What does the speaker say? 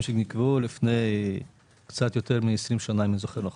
שנקבעו לפני קצת יותר מ-20 שנה אם אני זוכר נכון.